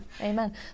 amen